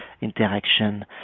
interaction